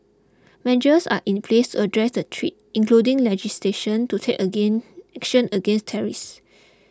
measures are in place address the threat including legislation to take again action against terrorists